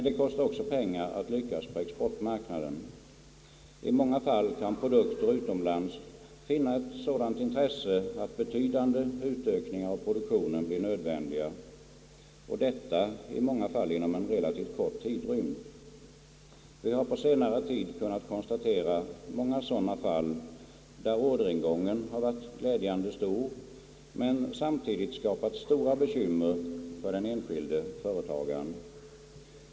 Det kostar också pengar att lyckas på exportmarknaden, I många fall kan produkter utomlands finna ett sådant intresse, att betydande utökningar av produktionen blir nödvändiga, och detta i många fall inom en relativt kort tidrymd, Vi har på senare tid kunnat konstatera många sådana fall, där orderingången varit glädjande stor men samtidigt skapat stora bekymmer för den enskilde företagaren.